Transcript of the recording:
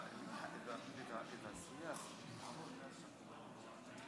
קבוצת סיעת יהדות התורה וקבוצת סיעת